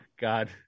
God